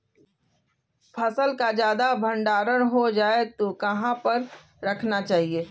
फसल का ज्यादा भंडारण हो जाए तो कहाँ पर रखना चाहिए?